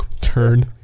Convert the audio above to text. Turn